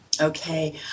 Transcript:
Okay